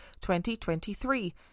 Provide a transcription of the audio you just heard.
2023